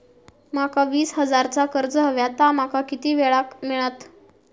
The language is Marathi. माका वीस हजार चा कर्ज हव्या ता माका किती वेळा क मिळात?